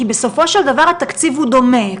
כי בסופו של דבר התקציב הוא דומה.